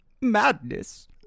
Madness